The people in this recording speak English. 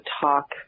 talk